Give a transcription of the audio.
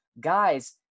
guys